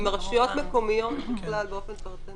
עם רשויות מקומיות באופן פרטני.